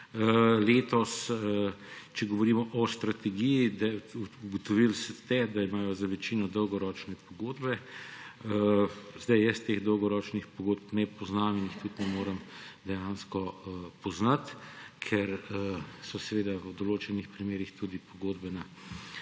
Letos, če govorimo o strategiji, ugotovili ste, da imajo za večino dolgoročne pogodbe. Jaz teh dolgoročnih pogodb ne poznam in jih tudi ne morem poznati, ker so seveda v določenih primerih tudi pogodbena